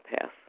pass